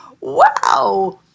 Wow